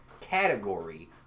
category